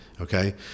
okay